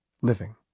living